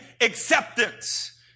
acceptance